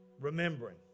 Remembering